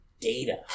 data